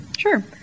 Sure